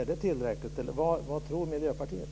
Är det tillräckligt? Vad tycker Miljöpartiet?